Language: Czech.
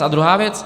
A druhá věc.